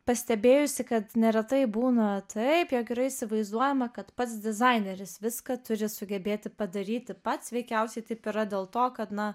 pastebėjusi kad neretai būna taip jog yra įsivaizduojama kad pats dizaineris viską turi sugebėti padaryti pats veikiausiai taip yra dėl to kad na